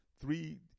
Three